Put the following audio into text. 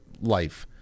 life